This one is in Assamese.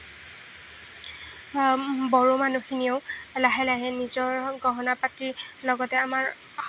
বড়ো মানুহখিনিয়েও লাহে লাহে নিজৰ গহনা পাতিৰ লগতে আমাৰ